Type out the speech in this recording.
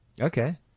Okay